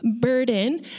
burden